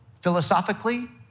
philosophically